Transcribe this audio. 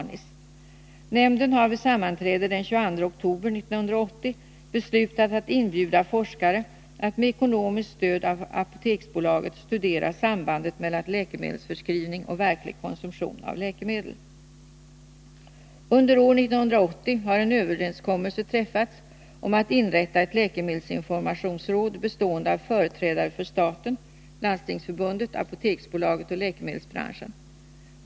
Nämnden har vid sammanträde den 22 oktober 1980 beslutat att inbjuda forskare att med ekonomiskt stöd av Apoteksbolaget studera sambandet mellan läkemedelsförskrivning och verklig konsumtion av läkemedel. Under år 1980 har en överenskommelse träffats om att inrätta ett läkemedelsinformationsråd bestående av företrädare för staten, Landstingsförbundet, Apoteksbolaget AB och läkemedelsbranschen.